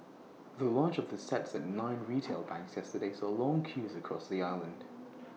the launch of the sets at nine retail banks yesterday saw long queues across the island